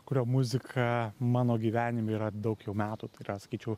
kurio muzika mano gyvenime yra daug jau metų tai yra sakyčiau